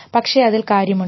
പക്ഷേ അതിൽ കാര്യമുണ്ട്